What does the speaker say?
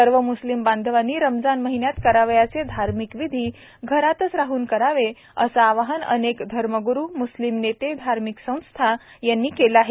सर्व मुस्लिम बांधवांनी रमजान महिन्यात करावयाचे धार्मिक विधी घरात राहूनच करावे असं आवाहन अनेक धर्मगुरू मुस्लिम नेते धार्मिक संस्था यांनी केलं आहे